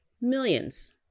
millions